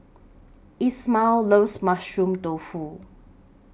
Ishmael loves Mushroom Tofu